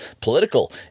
political